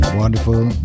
wonderful